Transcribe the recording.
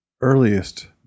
earliest